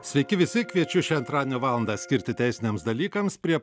sveiki visi kviečiu šią antradienio valandą skirti teisiniams dalykams prie